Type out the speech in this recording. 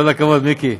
כל הכבוד, מיקי.